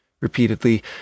repeatedly